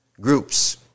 groups